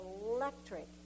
electric